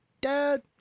Dad